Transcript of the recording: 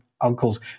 uncles